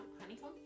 honeycomb